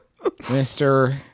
Mr